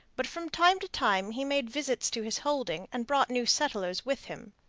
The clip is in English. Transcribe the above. but from time to time he made visits to his holding and brought new settlers with him.